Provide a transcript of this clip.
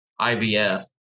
IVF